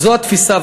וזו התפיסה.